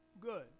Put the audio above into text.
good